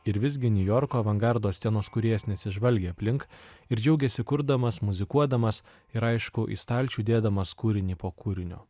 ir visgi niujorko avangardo scenos kūrėjas nesižvalgė aplink ir džiaugėsi kurdamas muzikuodamas ir aišku į stalčių dėdamas kūrinį po kūrinio